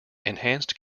enhanced